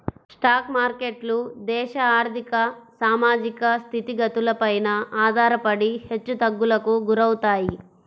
stock మార్కెట్లు దేశ ఆర్ధిక, సామాజిక స్థితిగతులపైన ఆధారపడి హెచ్చుతగ్గులకు గురవుతాయి